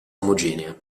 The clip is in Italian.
omogenea